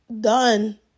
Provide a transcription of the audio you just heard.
done